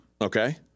Okay